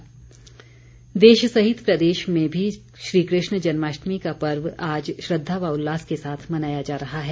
जन्माष्टमी देश सहित प्रदेश में भी श्रीकृष्ण जन्माष्टमी का पर्व आज श्रद्धा व उल्लास के साथ मनाया जा रहा है